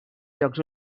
jocs